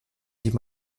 sich